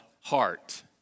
heart